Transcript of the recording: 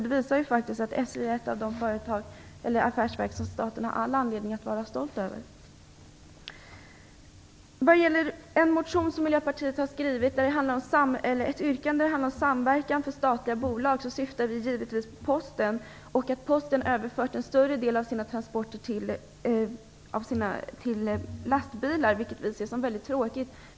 Det visar faktiskt att SJ är ett av de affärsverk som staten har all anledning att vara stolt över. Miljöpartiet har i en motion yrkat på samverkan för statliga bolag. Vi syftar givetvis på Posten och på att Posten har överfört en större del av sina transporter till lastbilar, vilket vi tycker är väldigt tråkigt.